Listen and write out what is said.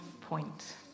point